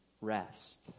rest